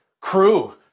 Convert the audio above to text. crew